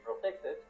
protected